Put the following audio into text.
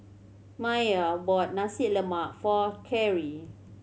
Maia bought Nasi Lemak for Carry